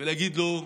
ולהגיד לו: